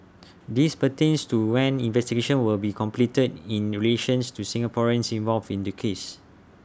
this pertains to when investigations will be completed in relations to the Singaporeans involved in the case